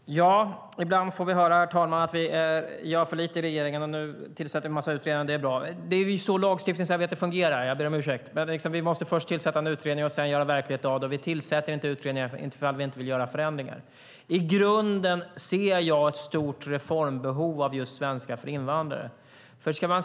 Herr talman! Ibland får vi höra att vi gör för lite i regeringen. Nu tillsätter vi en massa utredningar, och det är bra. Jag ber om ursäkt, men det är så lagstiftningsarbete fungerar. Vi måste först tillsätta en utredning och sedan göra verklighet av det. Vi tillsätter inte utredningar för att vi inte vill göra förändringar. I grunden ser jag ett stort reformbehov av just svenska för invandrare.